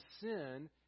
sin